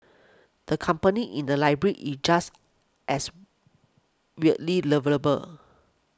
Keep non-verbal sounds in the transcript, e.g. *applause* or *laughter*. the company in the library is just as weirdly *unintelligible*